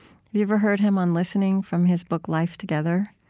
you ever heard him on listening from his book life together?